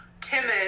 timid